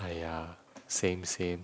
!aiya! same same